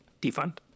Defund